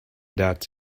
that